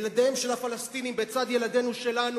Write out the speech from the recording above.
ילדיהם של הפלסטינים בצד ילדינו שלנו